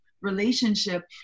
relationship